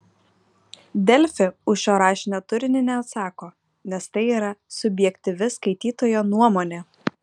delfi už šio rašinio turinį neatsako nes tai yra subjektyvi skaitytojo nuomonė